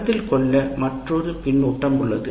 கருத்தில் கொள்ள மற்றொரு கருத்து உள்ளது